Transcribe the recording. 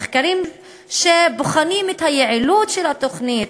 מחקרים שבוחנים את היעילות של התוכנית